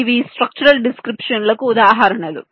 ఇవి structural description లకు ఉదాహరణలు